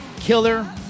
Killer